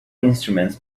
instruments